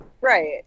Right